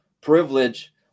privilege